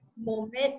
moment